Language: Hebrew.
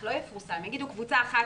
יגידו קבוצה 1,